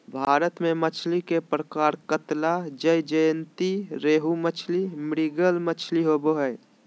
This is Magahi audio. भारत में मछली के प्रकार कतला, ज्जयंती रोहू मछली, मृगल मछली होबो हइ